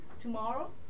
tomorrow